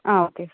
okay